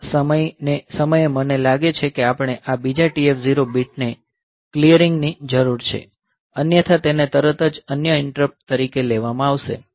આ સમયે મને લાગે છે કે આપણે આ બીજા TF0 બીટને ક્લિયરિંગ ની જરૂર છે અન્યથા તેને તરત જ અન્ય ઇન્ટરપ્ટ તરીકે લેવામાં આવશે